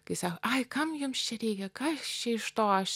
kai sako ai kam jums čia reikia kas čia iš to aš